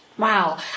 wow